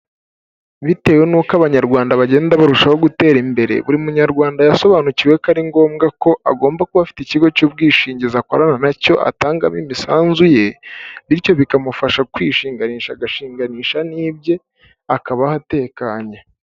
Bitewe n'uko Abanyarwanda bagenda barushaho gutera imbere buri munyarwanda yasobanukiwe ko ari ngombwa ko agomba kuba afite ikigo cy'ubwishingizi akorana na cyo atangamo imisanzu ye bityo bikamufasha kwishinganisha agashinganisha n'ibye akaba atekanye.